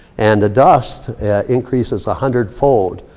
and the dust increases a hundred-fold,